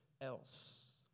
else